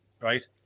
right